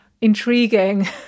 intriguing